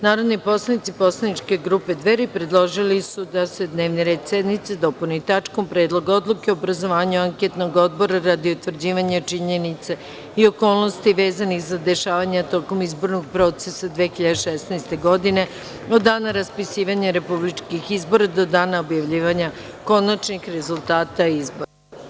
Narodni poslanici poslaničke grupe Dveri predložili su da se dnevni red sednice dopuni tačkom - Predlog odluke o obrazovanju anketnog odbora, radi utvrđivanja činjenica i okolnosti vezanih za dešavanja tokom izbornog procesa 2016. godine, od dana raspisivanja republičkih izbora do dana objavljivanja konačnih rezultata izbora.